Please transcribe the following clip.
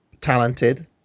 talented –